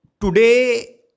today